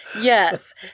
Yes